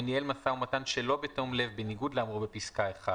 ניהל משא ומתן שלא בתום לב בניגוד לאמור בפסקה (1)